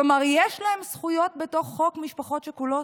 כלומר יש להם זכויות בתוך חוק משפחות שכולות,